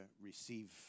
receive